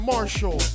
Marshall